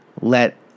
let